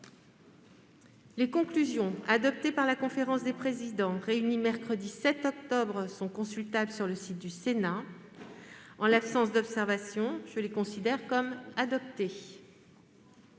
Les conclusions adoptées par la conférence des présidents réunie mercredi 7 octobre sont consultables sur le site du Sénat. En l'absence d'observations, je les considère comme adoptées.-